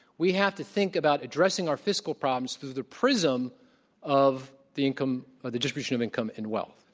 we have to think about addressing our fiscal problems through the prism of the income ah the distribution of income and wealth.